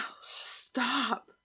stop